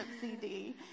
CD